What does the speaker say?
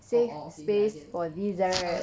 save space for dessert